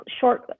short